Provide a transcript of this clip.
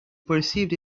perceived